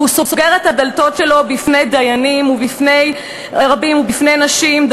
והוא סוגר את הדלתות שלו בפני דיינים רבים ובפני נשים,